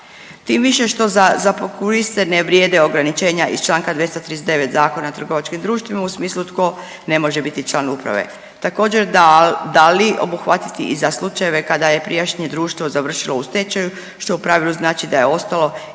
tim više što za prokuriste ne vrijede ograničenja iz članka 239. Zakona o trgovačkim društvima u smislu tko ne može biti član uprave. Također da li obuhvatiti i za slučajeve kada je prijašnje društvo završilo u stečaju što u pravilu znači da je ostalo